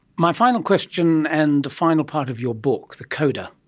my final question and the final part of your book, the coda,